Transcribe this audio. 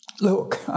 look